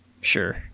Sure